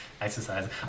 exercise